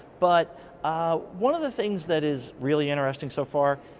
but one of the things that is really interesting so far,